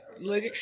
Look